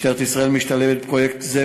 משטרת ישראל משתלבת בפרויקט זה,